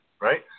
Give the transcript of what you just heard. right